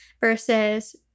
Versus